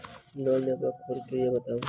Loan लेबाक प्रक्रिया बताऊ?